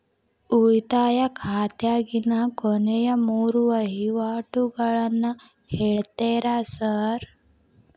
ಉಳಿತಾಯ ಖಾತ್ಯಾಗಿನ ಕೊನೆಯ ಮೂರು ವಹಿವಾಟುಗಳನ್ನ ಹೇಳ್ತೇರ ಸಾರ್?